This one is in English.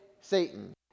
Satan